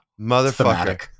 motherfucker